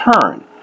turn